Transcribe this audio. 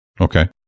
okay